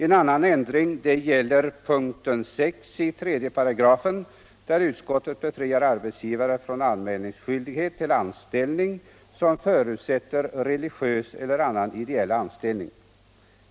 En annan ändring gäller punkten 6 i 3 §, där utskottet befriar arbetsgivare från anmälningsskyldighet till anställning som förutsätter en religiös eller annan ideell inställning.